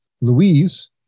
Louise